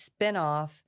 spinoff